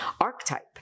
archetype